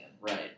right